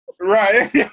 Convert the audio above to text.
Right